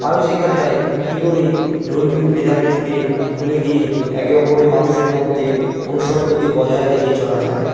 আরও শেখা যায় কি করে ধর্মীয় ভেদাভেদকে ভুলে গিয়ে একে অপরের মানুষের মধ্যে মনুষ্যত্বকে বজায় রেখে চলা যায়